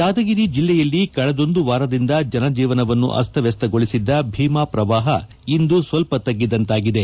ಯಾದಗಿರಿ ಜಿಲ್ಲೆಯಲ್ಲಿ ಕಳೆದೊಂದು ವಾರದಿಂದ ಜನಜೀವನವನ್ನು ಅಸ್ತವ್ಯಸ್ತಗೊಳಿಸಿದ್ದ ಭೀಮಾ ಪ್ರವಾಹ ಇಂದು ಸ್ವಲ್ಪ ತಗ್ಗಿದಂತಾಗಿದೆ